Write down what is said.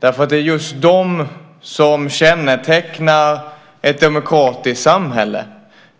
därför att det är just de som kännetecknar ett demokratiskt samhälle.